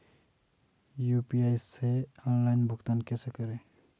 UPI से online भुगतान कैसे करें?